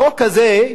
החוק הזה,